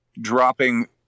dropping